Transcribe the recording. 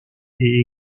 est